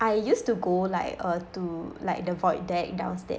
I used to go like uh to like the void deck downstairs